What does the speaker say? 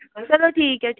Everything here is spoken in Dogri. चलो ठीक ऐ